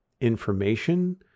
information